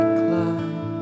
climb